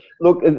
look